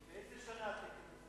מאיזו שנה התקן הזה?